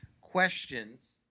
questions